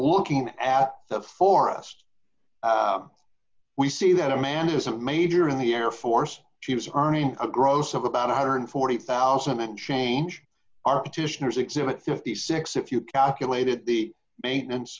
looking at the forest we see that a man has a major in the air force she was earning a gross of about one hundred and forty thousand change our petitioner's exhibit fifty six if you calculate it the maintenance